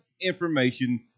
information